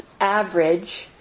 average